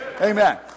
Amen